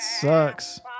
sucks